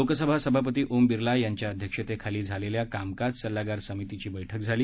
लोकसभा सभापती ओम बिर्ला यांच्या अध्यक्षतेखाली झालेल्या कामकाज सल्लागार समितीची ही बैठक झाली